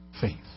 faith